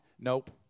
Nope